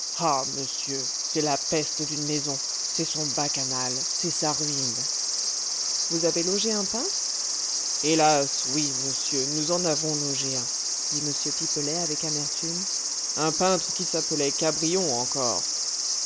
ah monsieur c'est la peste d'une maison c'est son bacchanal c'est sa ruine vous avez logé un peintre hélas oui monsieur nous en avons logé un dit m pipelet avec amertume un peintre qui s'appelait cabrion encore